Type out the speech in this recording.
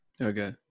Okay